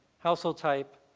household type,